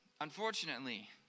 Unfortunately